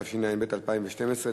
התשע"ב 2012,